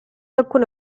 alcune